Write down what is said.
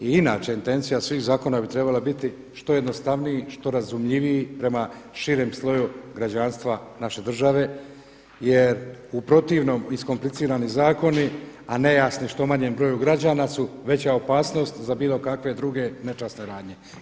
I inače intencija svih zakona bi trebala biti što jednostavniji, što razumljiviji prema širem sloju građanstva naše države jer u protivnom iskomplicirani zakoni, a nejasni što manjem broju građana su veća opasnost za bilo kakve druge nečasne radnje.